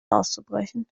auszubrechen